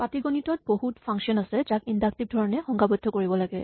পাটীগণিতত বহুত ফাংচন আছে যাক ইন্ডাকটিভ ধৰণে সংজ্ঞাবদ্ধ কৰিব লাগে